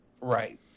Right